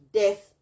death